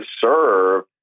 serve